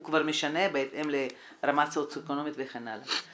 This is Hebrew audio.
הוא משנה בהתאם לרמה סוציואקונומית וכן הלאה,